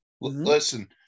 Listen